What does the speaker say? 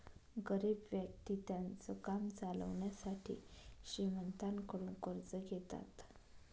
गरीब व्यक्ति त्यांचं काम चालवण्यासाठी श्रीमंतांकडून कर्ज घेतात